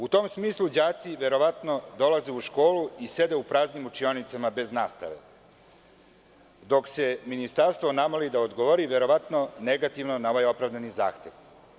U tom smislu đaci verovatno dolaze u školu i sede u praznim učionicama bez nastave dok se ministarstvo namoli da odgovori verovatno negativno na ovaj opravdanizahtev.